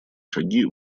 шаги